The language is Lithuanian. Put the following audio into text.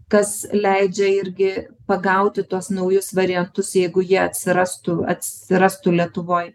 kas leidžia irgi pagauti tuos naujus variantus jeigu jie atsirastų atsirastų lietuvoj